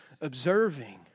observing